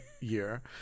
year